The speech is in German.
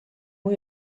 new